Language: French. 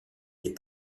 des